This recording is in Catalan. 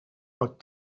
pot